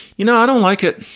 you know, i don't like it,